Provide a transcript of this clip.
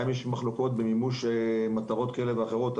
אמנם יש לנו מחלוקות במימוש מטרות כאלו ואחרות,